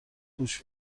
گوش